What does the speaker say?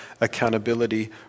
accountability